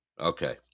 Okay